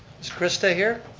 is christa here?